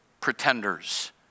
pretenders